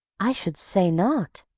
i should say not!